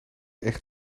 echt